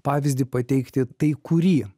pavyzdį pateikti tai kurį